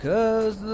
Cause